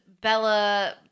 Bella